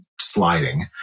sliding